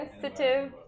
sensitive